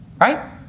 Right